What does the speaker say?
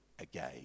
again